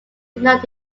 enough